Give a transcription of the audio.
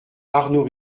arnaud